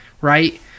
right